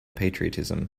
patriotism